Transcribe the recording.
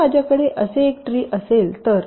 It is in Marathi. समजा माझ्याकडे असे एक ट्री असेल तर